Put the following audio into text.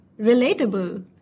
relatable